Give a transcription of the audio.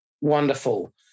wonderful